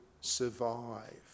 survive